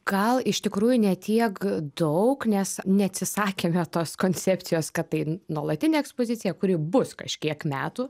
gal iš tikrųjų ne tiek daug nes neatsisakėme tos koncepcijos kad tai nuolatinė ekspozicija kuri bus kažkiek metų